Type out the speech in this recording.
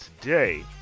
today